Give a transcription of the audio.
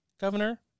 Governor